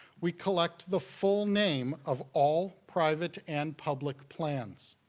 we collect the full name of all private and public plans,